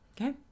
Okay